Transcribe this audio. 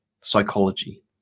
psychology